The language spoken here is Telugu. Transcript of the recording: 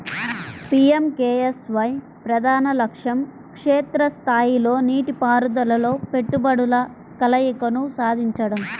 పి.ఎం.కె.ఎస్.వై ప్రధాన లక్ష్యం క్షేత్ర స్థాయిలో నీటిపారుదలలో పెట్టుబడుల కలయికను సాధించడం